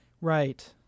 Right